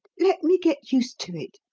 let me get used to it.